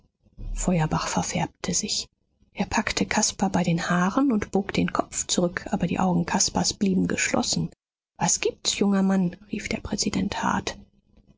feuerbach verfärbte sich er packte caspar bei den haaren und bog den kopf zurück aber die augen caspars blieben geschlossen was gibt's junger mann rief der präsident